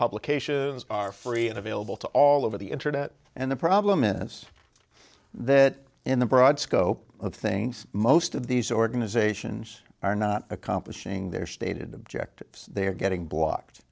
publications are free and available to all over the internet and the problem is that in the broad scope of things most of these organizations are not accomplishing their stated objectives they are getting blocked